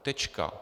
Tečka.